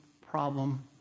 problem